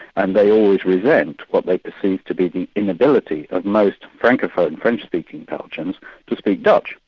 and they always resent what they perceive to be the inability of most francophone french-speaking belgians to speak dutch.